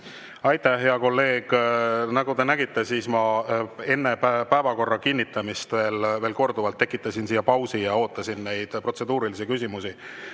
Aitäh, hea kolleeg! Nagu te nägite, siis ma enne päevakorra kinnitamist veel korduvalt tekitasin pausi ja ootasin neid protseduurilisi küsimusi.